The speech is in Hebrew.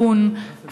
הגון,